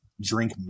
drink